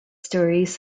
stories